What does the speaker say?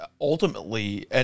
ultimately